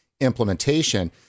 implementation